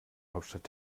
hauptstadt